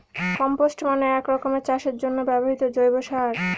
compost মানে এক রকমের চাষের জন্য ব্যবহৃত জৈব সার